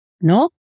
No